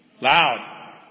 Loud